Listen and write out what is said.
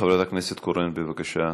חברת הכנסת קורן, בבקשה.